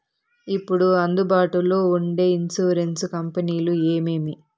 ఇప్పుడు అందుబాటులో ఉండే ఇన్సూరెన్సు కంపెనీలు ఏమేమి?